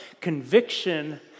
conviction